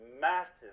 massive